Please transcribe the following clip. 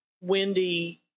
Wendy